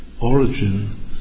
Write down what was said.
origin